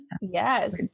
Yes